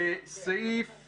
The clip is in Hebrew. לסעיף